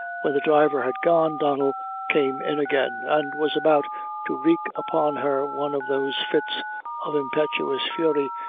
when the driver had gone, donnel came in again, and was about to wreak upon her one of those fits of impetuous fury,